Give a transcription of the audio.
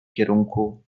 kierunku